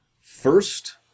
first